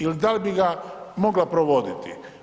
Ili da li bi ga mogla provoditi.